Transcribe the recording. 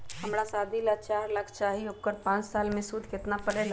हमरा शादी ला चार लाख चाहि उकर पाँच साल मे सूद कितना परेला?